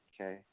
okay